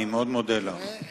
אני מאוד מודה לך.